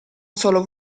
solo